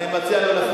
אני מציע לא להפריע.